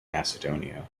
macedonia